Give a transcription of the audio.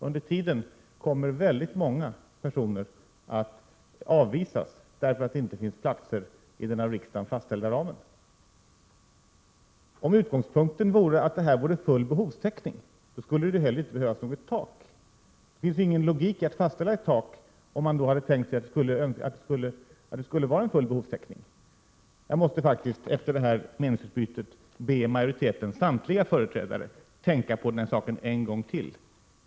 Under tiden kommer väldigt många personer att avvisas därför att det inte finns platser inom den av riksdagen fastställda ramen. Om utgångspunkten vore att detta antal innebar full behovstäckning skulle det heller inte behövas något tak. Det finns ingen logik i att fastställa ett tak om man hade tänkt sig att vi skulle ha full behovstäckning. Jag måste faktiskt efter detta meningsutbyte be majoritetens samtliga företrädare att tänka på den här saken en gång till.